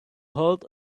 hold